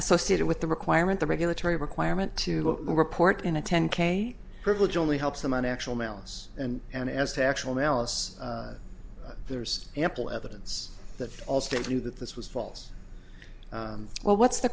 associated with the requirement the regulatory requirement to report in a ten k privilege only helps them on actual malice and and as to actual malice there's ample evidence that allstate knew that this was false well what's the